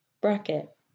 Bracket